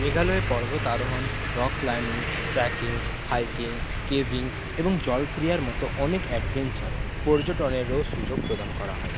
মেঘালয়ে পর্বতারোহণ rock climbing trekking hiking caving এবং জলক্রীড়ার মতো অনেক অ্যাডভেঞ্চার পর্যটনেরও সুযোগ প্রদান করা হয়